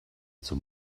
zum